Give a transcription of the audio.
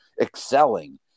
excelling